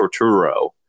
Torturo